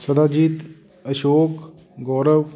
Sadajit Ashok Gaurav